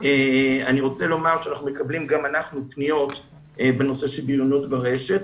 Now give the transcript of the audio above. אני רוצה לומר שגם אנחנו מקבלים פניות בנושא של בריונות ברשת.